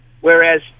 Whereas